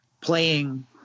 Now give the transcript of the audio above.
playing